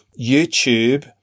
YouTube